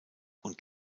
und